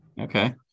Okay